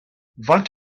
faint